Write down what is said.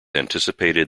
anticipated